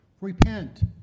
Repent